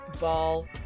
ball